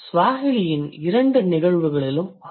Swahiliஇன் இரண்டு நிகழ்வுகளிலும் அஃபிக்ஸ் கள் உள்ளன